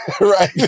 Right